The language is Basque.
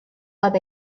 bat